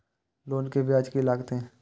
Loan के ब्याज की लागते?